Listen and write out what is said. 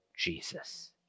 Jesus